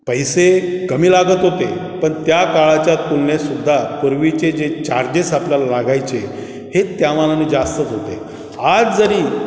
पैसे कमी लागत होते पण त्या काळाच्या तुलनेत सुद्धा पूर्वीचे जे चार्जेस आपल्याला लागायचे हे त्यामानाने जास्तच होते आज जरी